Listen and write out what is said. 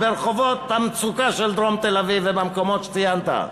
ברחובות המצוקה של דרום תל-אביב ובמקומות שציינת.